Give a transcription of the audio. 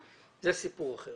זה סיפור אחר.